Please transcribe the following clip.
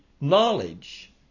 knowledge